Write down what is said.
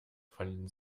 fallen